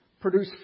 produce